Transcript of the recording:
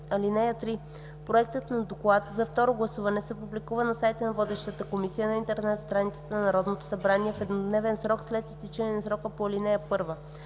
(3)Проектът на доклад за второ гласуване се публикува на сайта на водещата комисия на интернет страницата на Народното събрание в еднодневен срок след изтичане на срока по ал. 1.